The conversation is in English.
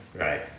Right